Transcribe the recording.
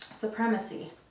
supremacy